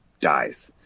dies